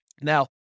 Now